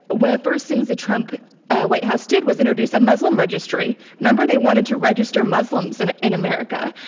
one of the first things that trump white house did was introduce a muslim registry. remember, they wanted to register muslims and in america.